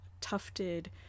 tufted